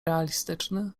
realistyczny